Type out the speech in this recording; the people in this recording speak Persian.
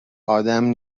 آدم